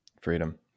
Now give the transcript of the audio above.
Freedom